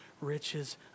riches